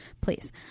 Please